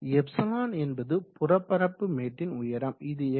εஅல்லது புறப்பரப்பு மேட்டின் உயரம் இது எஃகிற்கு 0